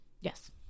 Yes